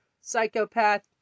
psychopath